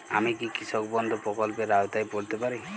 আমি কি কৃষক বন্ধু প্রকল্পের আওতায় পড়তে পারি?